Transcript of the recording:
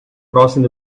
crossing